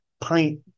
pint